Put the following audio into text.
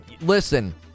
Listen